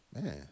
Man